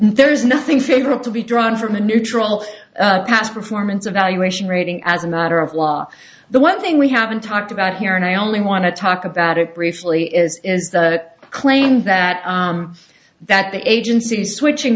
there's nothing favorite to be drawn from a neutral past performance evaluation rating as a matter of law the one thing we haven't talked about here and i only want to talk about it briefly is is the claim that that the agency switching